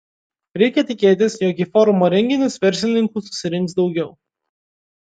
reikia tikėtis jog į forumo renginius verslininkų susirinks daugiau